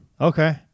Okay